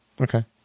Okay